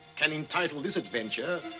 can entitle this adventure,